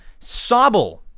Sobble